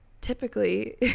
Typically